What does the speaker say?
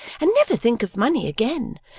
and never think of money again,